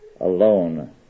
alone